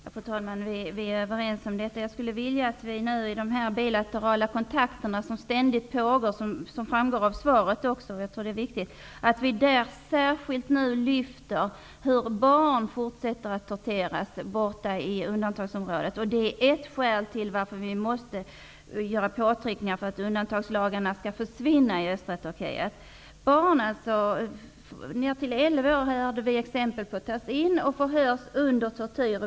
Fru talman! Vi är överens om detta. Jag skulle vilja att vi i de här bilaterala kontakter som ständigt pågår, som också framgår av svaret, särskilt lyfter fram hur man fortsätter att tortera barn borta i undantagsområdet. Det är ett skäl till att vi måste göra påtryckningar för att undantagslagarna skall försvinna i sydöstra Turkiet. Jag har hört exempel på att barn ned till elva år tas in och förhörs under tortyr.